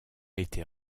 été